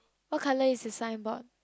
what colour is his signboard